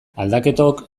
aldaketok